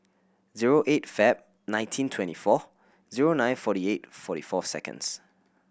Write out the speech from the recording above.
zero eight Feb nineteen twenty four zero nine forty eight forty four seconds